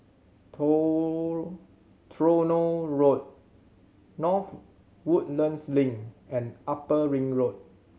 Tronoh Road North Woodlands Link and Upper Ring Road